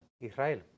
Israel